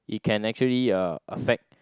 it can actually uh affect